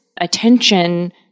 attention